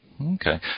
Okay